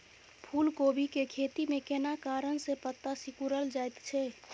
फूलकोबी के खेती में केना कारण से पत्ता सिकुरल जाईत छै?